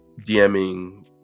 DMing